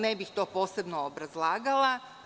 Ne bih to posebno obrazlagala.